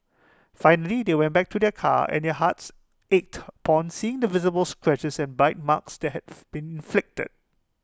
finally they went back to their car and their hearts ached upon seeing the visible scratches and bite marks that have been inflicted